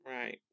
Right